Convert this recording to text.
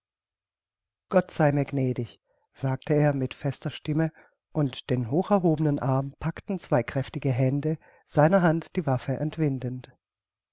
gott sei mir gnädig sagte er mit fester stimme und den hocherhobenen arm packten zwei kräftige hände seiner hand die waffe entwindend